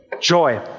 Joy